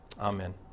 Amen